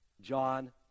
John